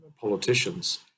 politicians